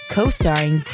Co-starring